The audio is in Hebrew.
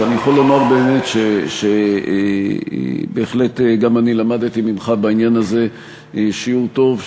ואני יכול לומר באמת שבהחלט גם אני למדתי ממך בעניין הזה שיעור טוב,